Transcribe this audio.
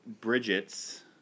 Bridget's